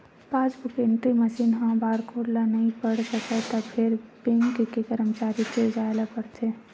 passbook entry machine ह barcode ल नइ पढ़ सकय त फेर बेंक के करमचारी तीर जाए ल परथे